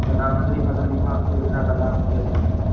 प्रधानमंत्री फसल बीमा योजना का लाभ कैसे लें?